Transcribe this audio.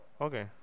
okay